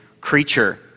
creature